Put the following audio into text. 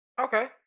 Okay